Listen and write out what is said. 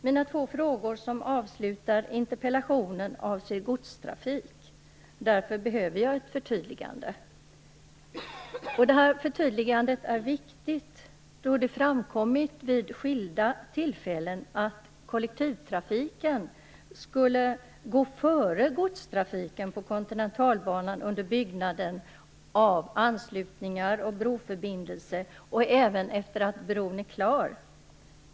Mina två avslutande frågor i interpellationen avser godstrafik. Därför behöver jag ett förtydligande. Ett sådant förtydligande är viktigt då det vid skilda tillfällen har framkommit att kollektivtrafiken skulle gå före godstrafiken på Kontinentalbanan under byggnaden av anslutningar och broförbindelse, och även efter det att bron är klar.